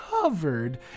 covered